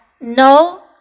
no